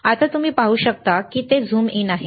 आता तुम्ही पाहू शकता की ते झूम इन आहे